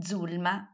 Zulma